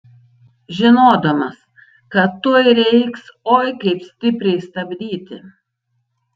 žinodamas kad tuoj reiks oi kaip stipriai stabdyti